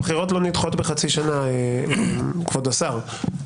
א', הבחירות לא נדחות בחצי שנה, כבוד השר.